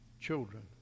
children